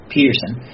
Peterson